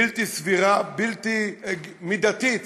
בלתי סבירה ובלתי מידתית